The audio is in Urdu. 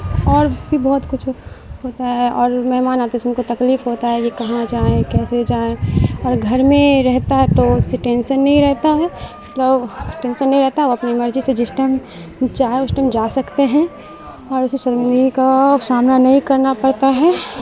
اور بھی بہت کچھ ہوتا ہے اور مہمان آتے سے ان کو تکلیف ہوتا ہے کہ کہاں جائیں کیسے جائیں اور گھر میں رہتا ہے تو اس سے ٹینشن نہیں رہتا ہے مطلب ٹینشن نہیں رہتا اور اپنی مرضی سے جس ٹائم چاہے اس ٹائم جا سکتے ہیں اور اسے شرمندگی کا سامنا نہیں کرنا پڑتا ہے